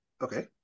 Okay